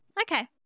Okay